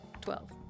Twelve